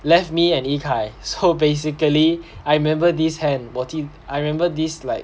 left me and yikai so basically I remember these hand 我记 I remember this like